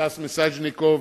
סטס מיסז'ניקוב,